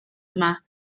yma